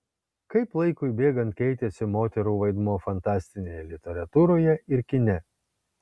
kaip laikui bėgant keitėsi moterų vaidmuo fantastinėje literatūroje ir kine